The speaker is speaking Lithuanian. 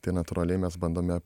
tai natūraliai mes bandome